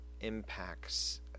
impacts